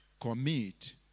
Commit